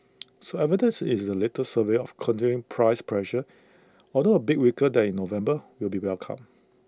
so evidence is the latest survey of continuing price pressures although A bit weaker than in November will be welcomed